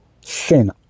sin